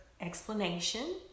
explanation